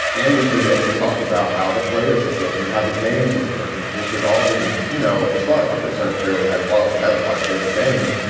and we've been able to talk about how the players have looked and how the games have looked, and which have all been, you know, as far as i'm concerned, fairly high quality. i haven't watched every game,